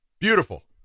Beautiful